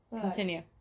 Continue